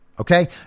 okay